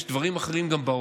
יש גם דברים אחרים בעולם.